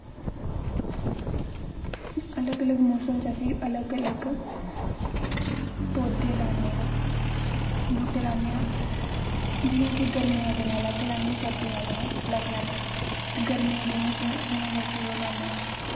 अलग अलग मौसम त असें अलग अलग पौधे लान्ने आं बूह्टे लान्ने आं जियां कि गर्मियें दे दिनैं अलग लान्ने आं ते सर्दियैं दै दिनैं अलग लान्ने आं ते गर्मियैं दे दिनैं अस जियां कि ओह् लान्ने